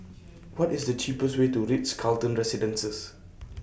What IS The cheapest Way to Ritz Carlton Residences